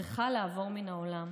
צריכה לעבור מן העולם.